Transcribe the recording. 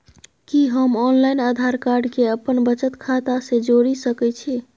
कि हम online Aadhaar card के अपन बचत खाता से जोरि सकै छी?